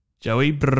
Joey